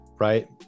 Right